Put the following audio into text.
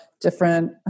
different